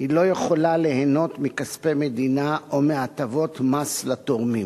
היא לא יכולה ליהנות מכספי מדינה או מהטבות מס לתורמים.